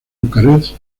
bucarest